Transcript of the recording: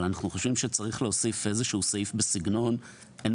אבל אנחנו חושבים שצריך להוסיף איזה שהוא סעיף בסגנון: "אין